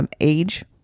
Age